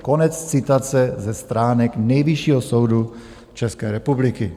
Konec citace ze stránek Nejvyššího soudu České republiky.